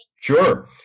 Sure